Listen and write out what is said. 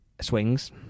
swings